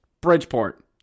Bridgeport